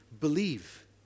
believe